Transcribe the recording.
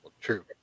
True